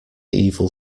evil